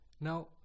Now